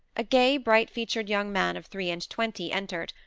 a gay, bright-featured young man of three and twenty entered,